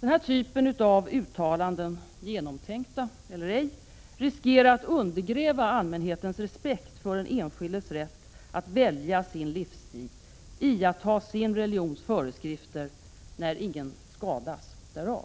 Den här typen av uttalanden, genomtänkta eller ej, riskerar att undergräva allmänhetens respekt för den enskildes rätt att välja sin livsstil och iaktta sin religions föreskrifter när ingen skadas därav.